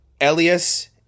Elias